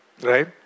right